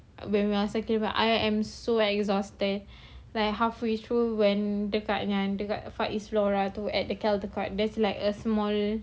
when we were sitting there I am so exhausted like halfway through when dekat yang dekat faiz tu at the caldecott there's like a small